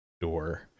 door